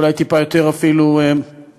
אולי טיפה יותר אפילו מורכבים,